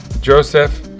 Joseph